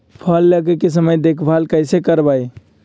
फल लगे के समय देखभाल कैसे करवाई?